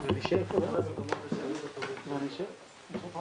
הישיבה ננעלה בשעה